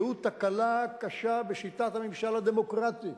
וזו תקלה קשה בשיטת הממשל הדמוקרטית,